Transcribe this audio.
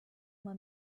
uma